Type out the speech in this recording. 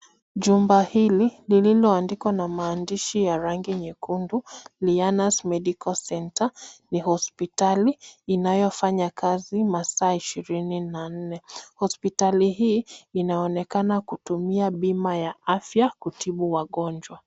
Jumba hili lililoandikwa na maandishi ya rangi nyekundu, Lianas Medical Center, ni hospitali inayofanya kazi masaa ishirini na nne. Hospitali hii inaonekana kutumia bima ya afya kutibu wagonjwa.